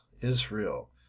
Israel